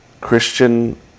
Christian